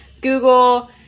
Google